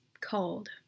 called